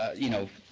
you know,